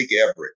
Everett